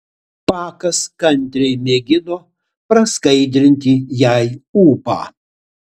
pakas kantriai mėgino praskaidrinti jai ūpą